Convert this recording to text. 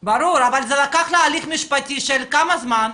ברור, אבל זה לקח לה הליך משפטי של כמה זמן?